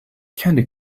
candy